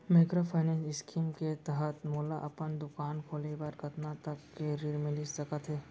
Microfinance scheme के तहत मोला अपन दुकान खोले बर कतना तक के ऋण मिलिस सकत हे?